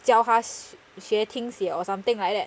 教她学听写 or something like that